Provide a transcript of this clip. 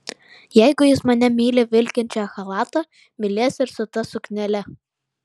jeigu jis mane myli vilkinčią chalatą mylės ir su ta suknele